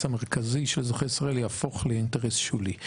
המרכזי של אזרחי ישראל יהפוך לאינטרס שולי.